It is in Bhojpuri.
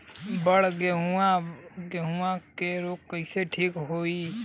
बड गेहूँवा गेहूँवा क रोग कईसे ठीक होई?